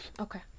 Okay